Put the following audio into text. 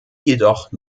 jedoch